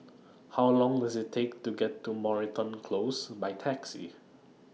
How Long Does IT Take to get to Moreton Close By Taxi